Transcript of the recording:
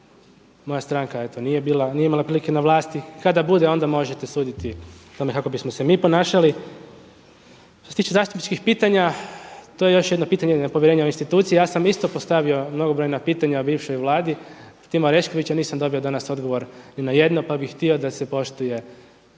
nije bila, nije imala prilike na vlasti, kada bude, onda možete suditi o tome kako bismo se mi ponašali. Što se tiče zastupničkih pitanja, to je još jedno pitanje nepovjerenja u institucije. Ja sam isto postavio mnogobrojna pitanja bivšoj Vladi Tima Oreškovića, nisam dobio danas ni na jedno pa bih htio da se poštuje